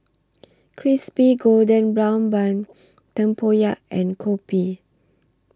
Crispy Golden Brown Bun Tempoyak and Kopi